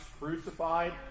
crucified